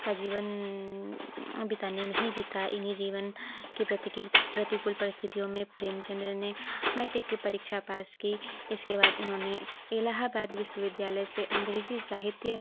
का जीवन बिताने में ही बीता इन्हीं जीवन के प्रतिकूल परिस्थितियों में प्रेमचन्द्र ने मैट्रिक की परीक्षा पास की इसके बाद उन्होंने इलाहाबाद विश्वविद्यालय से अंग्रेजी साहित्य